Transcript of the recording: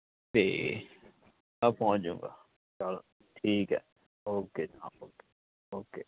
ਅਤੇ ਮੈਂ ਪਹੁੰਚ ਜੂਗਾ ਚੱਲ ਠੀਕ ਹੈ ਓਕੇ ਜਨਾਬ ਓਕੇ ਓਕੇ